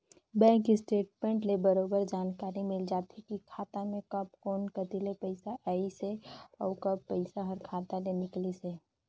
bank statement ले बरोबर जानकारी मिल जाथे की खाता मे कब कोन कति ले पइसा आइसे अउ कब पइसा हर खाता ले निकलिसे